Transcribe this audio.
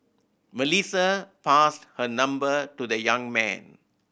Melissa passed her number to the young man